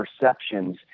perceptions